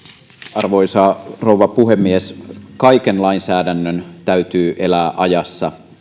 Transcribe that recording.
arvoisa rouva puhemies kaiken lainsäädännön täytyy elää ajassa